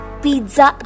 pizza